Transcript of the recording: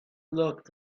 looked